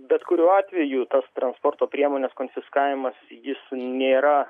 bet kuriuo atveju tas transporto priemonės konfiskavimas jis nėra